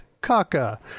kaka